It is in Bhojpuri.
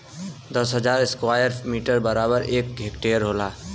दस हजार स्क्वायर मीटर बराबर एक हेक्टेयर होला